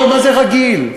מה זה רגיל?